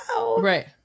Right